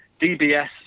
DBS